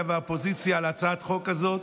ומהאופוזיציה על הצעת החוק הזאת,